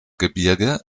gebirge